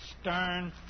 stern